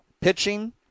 Pitching